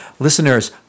Listeners